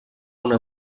una